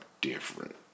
different